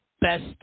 Best